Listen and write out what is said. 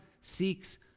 seeks